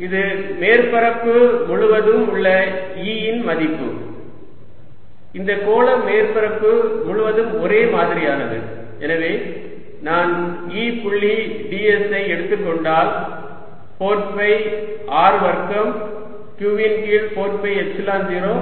ds4πr2q4π01r2q0 எனவே இது மேற்பரப்பு முழுவதும் உள்ள E இன் மதிப்பு இந்த கோள மேற்பரப்பு முழுவதும் ஒரே மாதிரியானது எனவே நான் E புள்ளி ds ஐ எடுத்துக் கொண்டால் 4 பை r வர்க்கம் q ன் கீழ் 4 பை எப்சிலன் 0